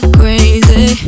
crazy